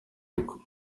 uko